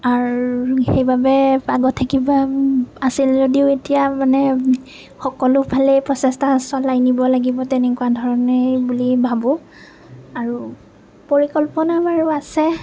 আৰু সেইবাবে আগতে কিবা আছিল যদিও এতিয়া মানে সকলোফালেই প্ৰচেষ্টা চলাই নিব লাগিব তেনেকুৱা ধৰণেই বুলি ভাবোঁ আৰু পৰিকল্পনা বাৰু আছে